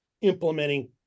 implementing